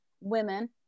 women